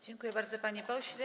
Dziękuję bardzo, panie pośle.